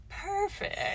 Perfect